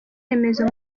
remezo